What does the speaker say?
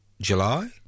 July